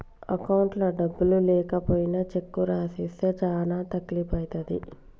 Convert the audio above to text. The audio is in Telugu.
అకౌంట్లో డబ్బులు లేకపోయినా చెక్కు రాసిస్తే చానా తక్లీపు ఐతది